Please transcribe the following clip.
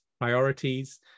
priorities